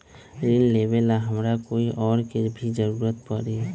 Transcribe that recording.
ऋन लेबेला हमरा कोई और के भी जरूरत परी?